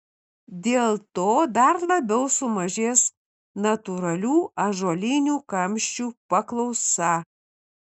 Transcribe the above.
dėl to dar labiau sumažės natūralių ąžuolinių kamščių paklausa